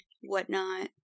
whatnot